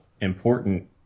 important